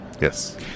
Yes